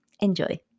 Enjoy